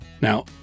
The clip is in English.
Now